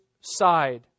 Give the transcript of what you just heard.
side